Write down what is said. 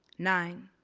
nine